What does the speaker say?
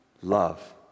love